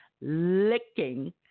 licking